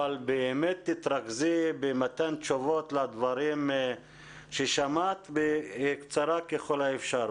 אבל באמת תתרכזי במתן תשובות לדברים ששמעת בקצרה ככל האפשר.